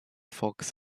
fox